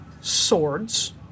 swords